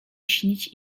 śnić